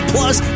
Plus